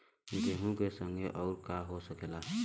गेहूँ के संगे अउर का का हो सकेला?